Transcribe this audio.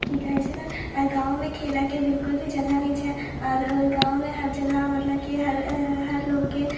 कि कहै छै ने गाममे खेलके बिलकुल भी जगह नहि छै आओर गाममे हर जगह मतलब कि हर हर लोकके